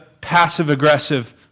passive-aggressive